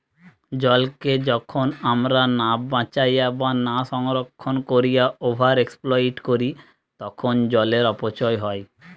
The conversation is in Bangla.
জলকে যখন আমরা না বাঁচাইয়া বা না সংরক্ষণ কোরিয়া ওভার এক্সপ্লইট করি তখন জলের অপচয় হয়